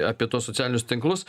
apie tuos socialinius tinklus